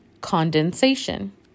Condensation